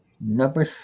Number